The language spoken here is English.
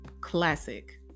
Classic